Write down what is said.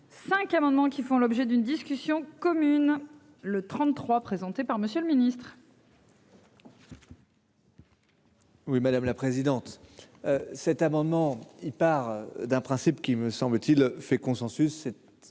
Cinq amendements qui font l'objet d'une discussion commune le 33 présenté par Monsieur le Ministre. Oui madame la présidente. Cet amendement il part d'un principe qui, me semble-t-il fait consensus.